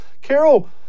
Carol